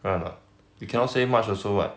right or not you cannot say much also what